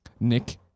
Nick